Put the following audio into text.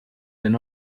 than